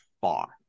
far